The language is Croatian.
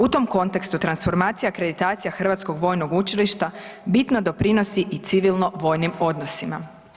U tom kontekstu transformacija akreditacija Hrvatskog vojnog učilišta bitno doprinosi i civilno vojnim odnosima.